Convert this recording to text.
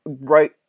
right